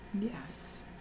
Yes